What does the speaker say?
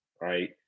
right